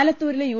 ആലത്തൂരിലെ U